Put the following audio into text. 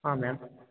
ಹಾಂ ಮ್ಯಾಮ್